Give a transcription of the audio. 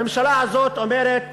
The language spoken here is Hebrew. הממשלה הזאת אומרת